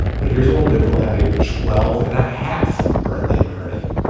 but here's what we'll do. we'll have a twelve and a half birthday party.